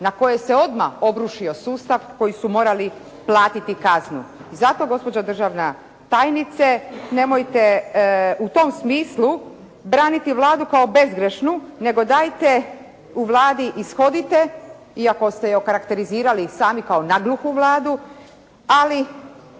na koje se odmah obrušio sustav koji su morali platiti kaznu. Zato gospođo državna tajnice nemojte u tom smislu braniti Vladu kao bezgrešnu, nego dajte u Vladi ishodite iako ste je okarakterizirali sami kao nagluhu Vladu, ali